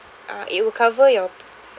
uh it will cover your